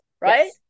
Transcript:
Right